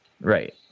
Right